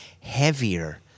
heavier